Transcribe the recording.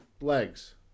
legs